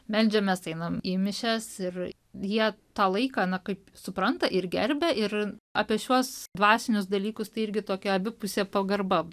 meldžiamės einam į mišias ir jie tą laiką na kaip supranta ir gerbia ir apie šiuos dvasinius dalykus tai irgi tokia abipusė pagarba